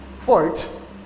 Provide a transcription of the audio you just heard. quote